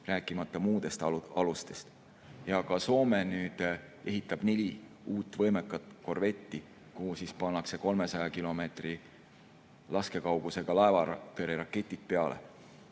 rääkimata muudest alustest. Ja ka Soome ehitab nüüd neli uut võimekat korvetti, kuhu pannakse 300 kilomeetri laskekaugusega laevatõrjeraketid peale.